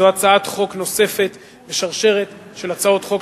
זו הצעת חוק נוספת בשרשרת של הצעות חוק